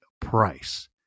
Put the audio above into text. price